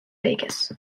vegas